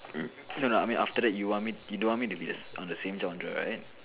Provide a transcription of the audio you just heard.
okay lah after that you want me you don't want me to be the same genre am I right